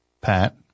Pat